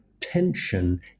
tension